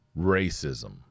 racism